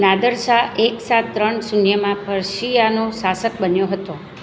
Nadir Shah એક સાત ત્રણ શૂન્યમાં પર્શિયાનો શાસક બન્યો હતો